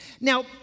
Now